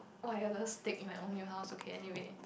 wireless stick in my own new house okay anyway